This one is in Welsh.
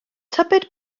tybed